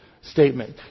statement